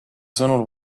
sõnul